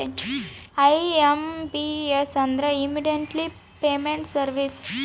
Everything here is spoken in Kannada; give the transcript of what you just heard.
ಐ.ಎಂ.ಪಿ.ಎಸ್ ಅಂದ್ರ ಇಮ್ಮಿಡಿಯೇಟ್ ಪೇಮೆಂಟ್ ಸರ್ವೀಸಸ್